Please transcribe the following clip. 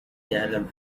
يعلم